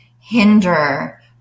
hinder